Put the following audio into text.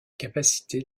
capacité